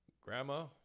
Grandma